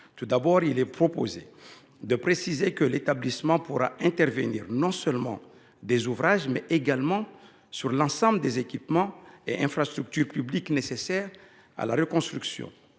Cet amendement vise donc à préciser que l’établissement pourra intervenir non seulement sur des ouvrages, mais également sur l’ensemble des équipements et infrastructures publiques nécessaires à la reconstruction.